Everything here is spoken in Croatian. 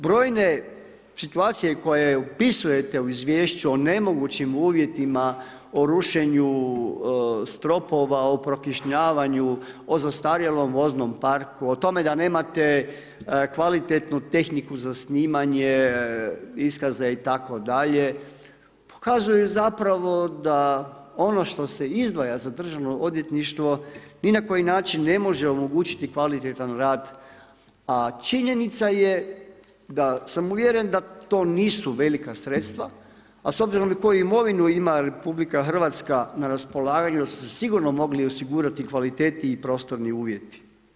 Brojne situacije koje opisujete u izvješću o nemogućim uvjetima o rušenju stropova o prokišnjavanju, o zastarjelom voznom parku, o tome da nemate kvalitetnu tehniku za snimanje iskaza itd. pokazuje da ono što se izdvaja za državno odvjetništvo ni na koji način ne može omogućiti kvalitetan rad, a činjenica je da sam uvjeren da to nisu velika sredstva, a s obzirom i koju imovinu ima RH na raspolaganju su sigurno mogli osigurati kvalitetniji prostorni uvjeti.